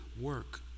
work